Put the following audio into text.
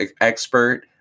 expert